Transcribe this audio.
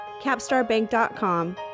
capstarbank.com